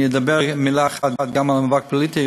אני אומר מילה אחת גם על המאבק הפוליטי,